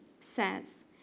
says